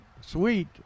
sweet